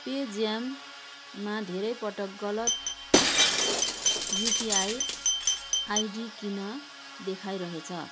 pay ज्यापमा धेरै पटक गलत युपिआई आइडी किन देखाइरहेछ